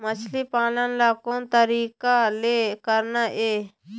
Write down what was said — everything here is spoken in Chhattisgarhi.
मछली पालन ला कोन तरीका ले करना ये?